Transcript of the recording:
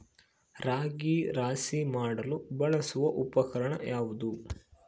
ರಾಗಿ ರಾಶಿ ಮಾಡಲು ಬಳಸುವ ಉಪಕರಣ ಯಾವುದು?